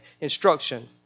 instruction